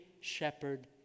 shepherd